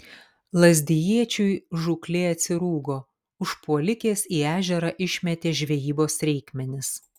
lazdijiečiui žūklė atsirūgo užpuolikės į ežerą išmetė žvejybos reikmenis